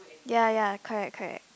ya ya correct correct